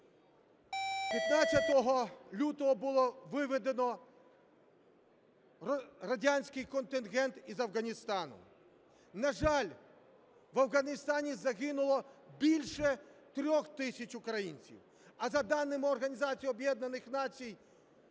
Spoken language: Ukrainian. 15 лютого було виведено радянський контингент із Афганістану. На жаль, в Афганістані загинуло більше 3 тисяч українців, а за даними